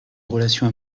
relation